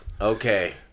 Okay